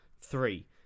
three